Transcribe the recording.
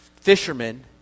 fishermen